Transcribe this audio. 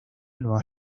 nueva